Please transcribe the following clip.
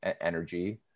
energy